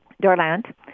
Dorland